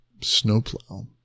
Snowplow